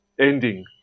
ending